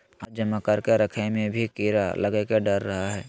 अनाज जमा करके रखय मे भी कीड़ा लगय के डर रहय हय